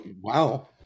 wow